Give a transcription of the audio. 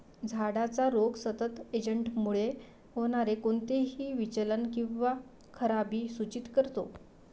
झाडाचा रोग सतत एजंटमुळे होणारे कोणतेही विचलन किंवा खराबी सूचित करतो